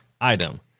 item